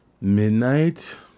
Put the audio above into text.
midnight